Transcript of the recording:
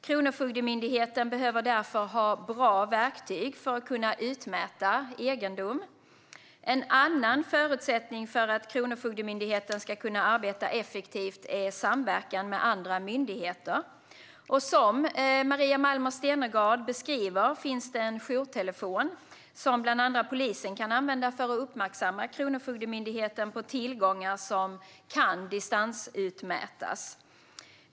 Kronofogdemyndigheten behöver därför ha bra verktyg för att kunna utmäta egendom. En annan förutsättning för att Kronofogdemyndigheten ska kunna arbeta effektivt är samverkan med andra myndigheter. Som Maria Malmer Stenergard beskriver finns det en jourtelefon som bland andra polisen kan använda för att uppmärksamma Kronofogdemyndigheten på tillgångar som kan distansutmätas.